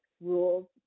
rules